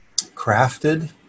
crafted